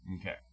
Okay